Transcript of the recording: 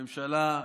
הממשלה,